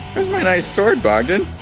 my nice sword bogdan.